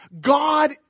God